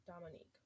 Dominique